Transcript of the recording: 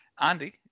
Andy